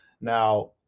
Now